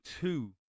two